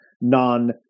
non